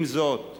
עם זאת,